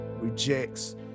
rejects